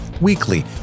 weekly